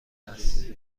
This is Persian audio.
است